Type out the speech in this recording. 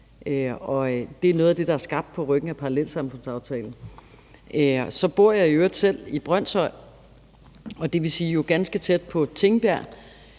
Det er noget af det, der er skabt på ryggen af parallelsamfundsaftalen. Jeg bor i øvrigt selv i Brønshøj, som jo ligger ganske tæt på Tingbjerg,